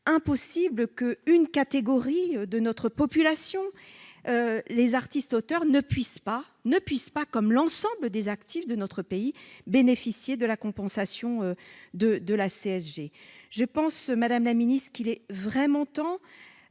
impossible qu'une catégorie de notre population- les artistes auteurs -ne puisse pas bénéficier, comme l'ensemble des actifs de notre pays, de la compensation de la hausse de la CSG. Je pense, madame la ministre, qu'il est vraiment temps